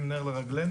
הם נר לרגלינו.